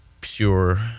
pure